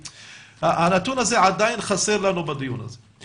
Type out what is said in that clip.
הנתון הזה עדיין חסר בדיון הזה.